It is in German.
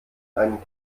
einen